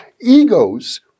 egos